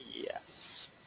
yes